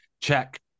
check